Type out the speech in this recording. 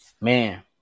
Man